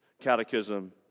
catechism